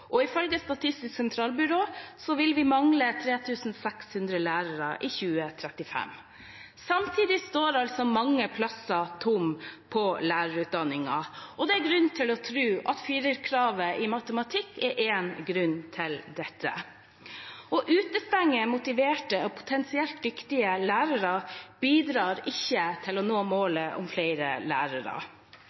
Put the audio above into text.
dag. Ifølge Statistisk sentralbyrå vil vi mangle 3 600 lærere i 2035. Samtidig står mange plasser på lærerutdanningen tomme, og det er grunn til å tro at 4-kravet i matematikk er én grunn til dette. Å utestenge motiverte og potensielt dyktige lærere bidrar ikke til å nå målet om flere lærere.